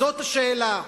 זאת השאלה.